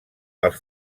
els